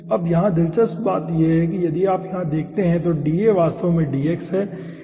अब यहाँ दिलचस्प बात यह है कि यदि आप यहाँ देखते हैं तो dA वास्तव में dx है